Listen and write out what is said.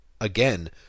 again